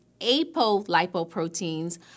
apolipoproteins